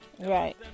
Right